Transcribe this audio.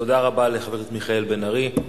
תודה רבה לחבר הכנסת מיכאל בן-ארי.